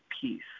peace